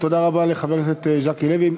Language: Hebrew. ותודה רבה לחבר הכנסת ז'קי לוי.